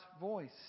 voice